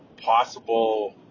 possible